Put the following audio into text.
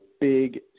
big